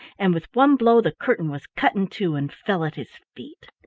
and with one blow the curtain was cut in two, and fell at his feet.